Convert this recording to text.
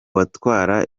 batwara